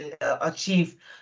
achieve